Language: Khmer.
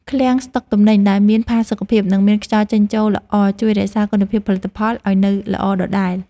ឃ្លាំងស្តុកទំនិញដែលមានផាសុកភាព និងមានខ្យល់ចេញចូលល្អជួយរក្សាគុណភាពផលិតផលឱ្យនៅល្អដដែល។